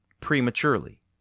prematurely